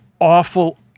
awful